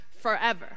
forever